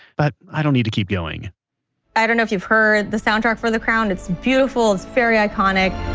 but i don't need to keep going i don't know if you've heard the soundtrack for the crown it's beautiful. it's very iconic.